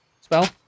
spell